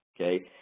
Okay